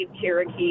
Cherokee